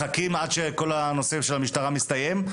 מחכים עד שכל הנושא של המשטרה יסתיים?